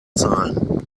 zahlen